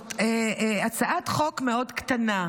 זאת הצעת חוק מאוד קטנה,